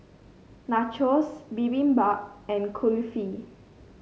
Nachos Bibimbap and Kulfi